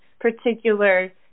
particular